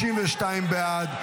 32 בעד,